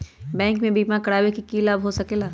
Bank से बिमा करावे से की लाभ होई सकेला?